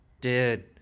Dude